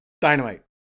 dynamite